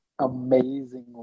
amazing